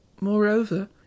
moreover